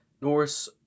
Norris